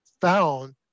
found